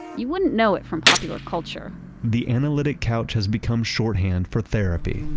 you wouldn't know it from popular culture the analytic couch has become shorthand for therapy,